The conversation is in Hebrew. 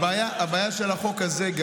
הבעיה של החוק הזה,